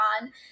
on